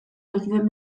egiten